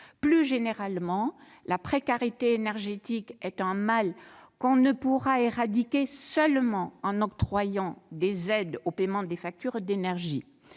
Plus généralement, la précarité énergétique est un mal qu'on ne pourra éradiquer seulement en octroyant des aides au paiement des factures d'énergie.